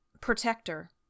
protector